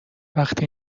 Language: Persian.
وقتی